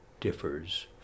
differs